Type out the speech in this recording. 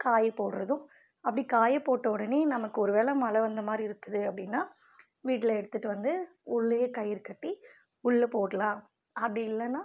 காய போடறதும் அப்படி காயப் போட்ட உடனே நமக்கு ஒருவேளை மழை வந்த மாதிரி இருக்குது அப்படின்னா வீட்டில் எடுத்துட்டு வந்து உள்ளேயே கயிறு கட்டி உள்ளே போடலாம் அப்படி இல்லைன்னா